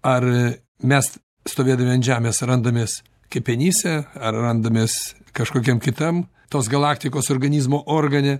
ar mes stovėdami ant žemės randamės kepenyse ar randamės kažkokiam kitam tos galaktikos organizmo organe